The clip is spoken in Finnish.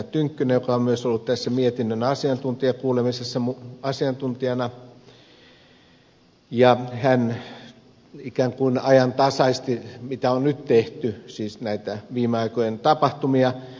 tynkkynen joka on ollut myös tässä mietinnön asiantuntijakuulemisessa asiantuntijana ja hän ikään kuin ajantasaisti mitä on nyt tehty siis näitä viime aikojen tapahtumia